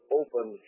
open